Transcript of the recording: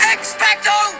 Expecto